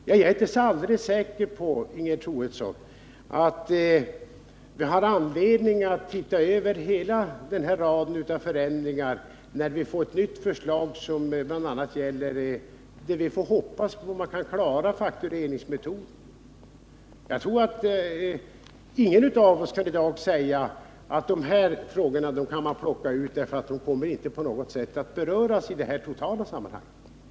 Jag är inte så alldeles säker på, Ingegerd Troedsson, att vi inte har anledning att se över hela raden av ändringar, när vi får ett nytt förslag där man förhoppningsvis kunnat klara problemen med hjälp av faktureringsmetoden. Ingen kan nog i dag säga att de här frågorna kan plockas ut, därför att de inte kommer att beröras i det totala sammanhanget.